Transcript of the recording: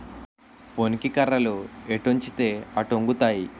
పోనీకి కర్రలు ఎటొంచితే అటొంగుతాయి